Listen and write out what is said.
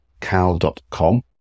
cal.com